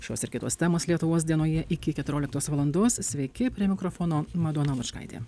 šios ir kitos temos lietuvos dienoje iki keturioliktos valandos sveiki prie mikrofono madona lučkaitė